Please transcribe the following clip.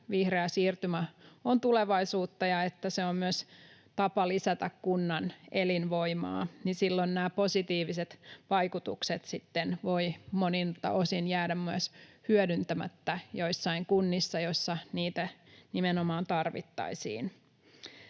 että vihreä siirtymä on tulevaisuutta ja että se on myös tapa lisätä kunnan elinvoimaa, niin silloin nämä positiiviset vaikutukset sitten voivat monilta osin jäädä hyödyntämättä joissain kunnissa, joissa niitä nimenomaan tarvittaisiin.